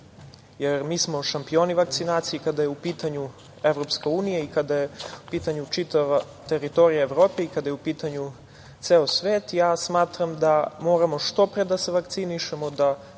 jer mi smo šampioni vakcinacije i kada je u pitanju EU i kada je pitanja čitava teritorija Evrope i kada je u pitanju ceo svet. Smatram da moramo što pre da se vakcinišemo, da se još